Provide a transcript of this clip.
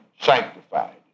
sanctified